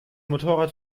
motorrad